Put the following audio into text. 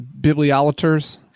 bibliolaters